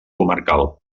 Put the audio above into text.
comarcal